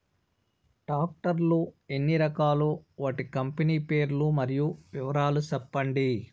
Tractor లు ఎన్ని రకాలు? వాటి కంపెని పేర్లు మరియు వివరాలు సెప్పండి?